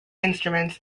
instruments